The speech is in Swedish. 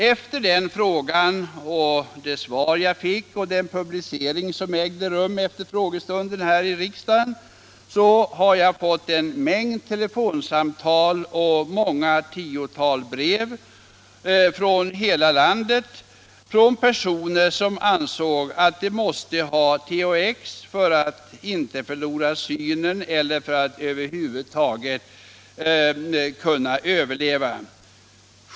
Efter den frågan och det svar jag fick och efter den publicitet som ägnades frågestunden i riksdagen har jag fått en mängd telefonsamtal och många tiotal brev från hela landet från personer, som anser att de måste ha THX för att inte förlora synen eller för att över huvud taget — Nr 36 kunna överleva.